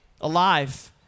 Alive